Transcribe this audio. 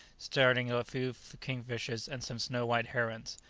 starting a few kingfishers and some snow-white herons.